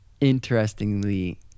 interestingly